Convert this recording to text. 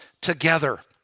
together